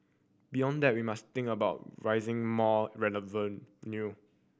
beyond that we must think about raising more